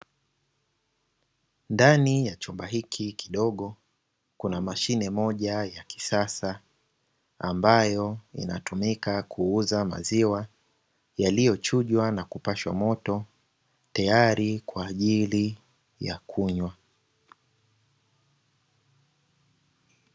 Ndani ya chumba hiki kidogo kuna mashine moja ya kisasa, ambayo inatumika kuuza maziwa yaliyochujwa na kupashwa moto tayari kwa ajili ya kunywa.